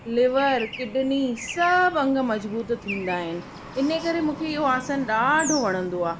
liver kidney सभु अंग मजबूत थींदा आहिनि इन करे मूंखे इहो आसन ॾाढो वणंदो आहे